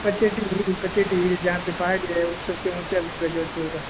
पछेट्टी hill Pachetti hill जहाँ से पहाड़ी है सब से ऊँचा व्यू है जोधपुर का